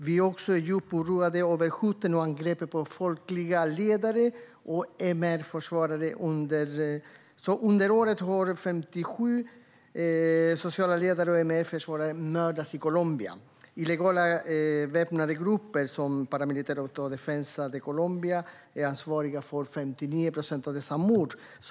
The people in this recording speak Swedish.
Vi är också djupt oroade över hoten och angreppen mot folkliga ledare och MR-försvarare. Under året har 57 sociala ledare och MR-försvarare mördats i Colombia. Illegala väpnade grupper, som paramilitära Autodefensas Unidas de Colombia, är ansvariga för 59 procent av dessa mord.